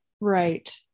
Right